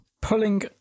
pulling